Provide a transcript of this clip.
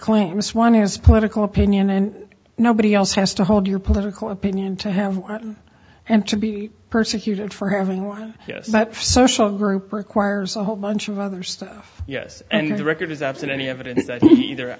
claims one has political opinion and nobody else has to hold your political opinion to have and to be persecuted for having one social group requires a whole bunch of other stuff yes and the record is absent any evidence that either